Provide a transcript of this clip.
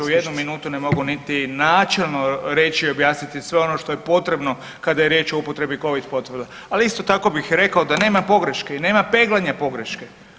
U jednu minutu ne mogu niti načelno reći i objasniti sve ono što je potrebno kada je riječ o upotrebi covid potvrda, ali isto tako bih rekao da nema pogreške i nema peglanja pogreške.